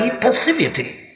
passivity